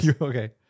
Okay